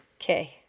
Okay